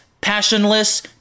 passionless